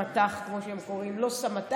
מת"ח, כמו שהם קוראים לזה, לא סמת"ח.